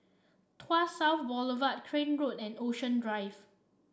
Tuas South Boulevard Crane Road and Ocean Drive